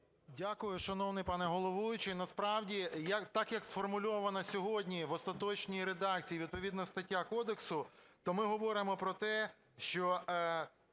Дякую. Шановний пане головуючий! Насправді так, як сформульовано сьогодні в остаточній редакції відповідна стаття кодексу, то ми говоримо про те, що